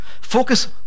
Focus